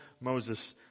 Moses